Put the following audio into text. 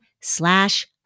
slash